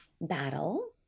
battle